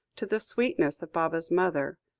to the sweetness of baba's mother,